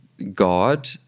god